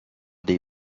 dei